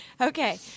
Okay